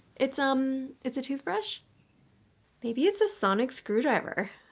it's um, it's a toothbrush maybe it's a sonic screwdriver